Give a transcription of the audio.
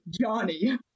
Johnny